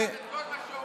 את כל מה שהוא אומר,